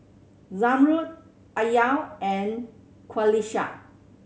Zamrud Alya and Qalisha